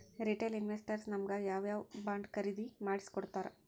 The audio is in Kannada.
ರಿಟೇಲ್ ಇನ್ವೆಸ್ಟರ್ಸ್ ನಮಗ್ ಯಾವ್ ಯಾವಬಾಂಡ್ ಖರೇದಿ ಮಾಡ್ಸಿಕೊಡ್ತಾರ?